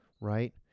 Right